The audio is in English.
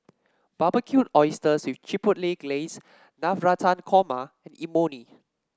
Barbecued Oysters with Chipotle Glaze Navratan Korma and Imoni